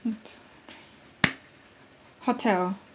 hotel